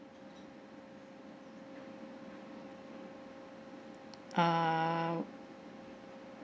err